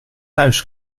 thuis